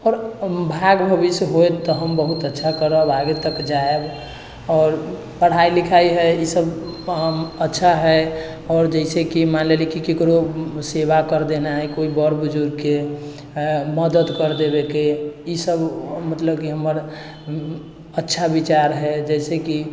आओर भाग्य भविष्य हैत तऽ हम बहुत अच्छा करब आगे तक जाइब आओर पढ़ाइ लिखाइ हइ ईसब अच्छा हइ आओर जइसे कि मानि लेलिए कि ककरो सेवा करि देनाइ कोइ बड़ बुजुर्गके मदद कर देबैके हइ ईसब मतलब कि हमर अच्छा विचार हइ जइसेकि